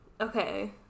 Okay